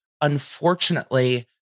unfortunately